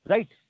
Right